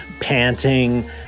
panting